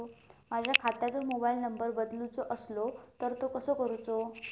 माझ्या खात्याचो mobile number बदलुचो असलो तर तो कसो करूचो?